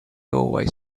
doorway